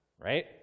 right